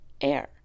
air